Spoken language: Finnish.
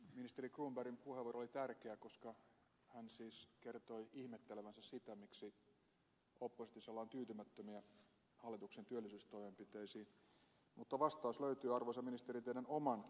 ministeri cronbergin puheenvuoro oli tärkeä koska hän siis kertoi ihmettelevänsä sitä miksi oppositiossa ollaan tyytymättömiä hallituksen työllisyystoimenpiteisiin mutta vastaus löytyy arvoisa ministeri teidän oman ministeriönne työllisyyskatsauksesta